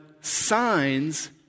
signs